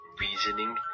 reasoning